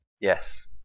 Yes